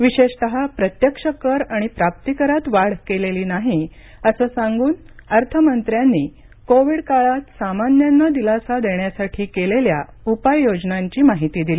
विशेषतः प्रत्यक्ष कर आणि प्राप्तीकरात वाढ केलेली नाही असं सांगून अर्थमंत्र्यांनी कोविड काळात सामान्यांना दिलासा देण्यासाठी केलेल्या उपाययोजनांची माहिती दिली